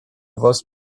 voz